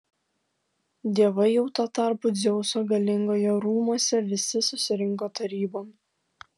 dievai jau tuo tarpu dzeuso galingojo rūmuose visi susirinko tarybon